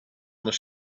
their